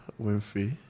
Winfrey